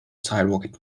sidewalk